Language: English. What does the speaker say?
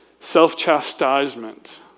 self-chastisement